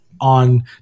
on